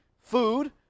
food